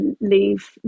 leave